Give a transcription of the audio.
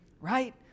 right